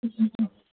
ꯎꯝ ꯎꯝ ꯎꯝ